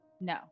no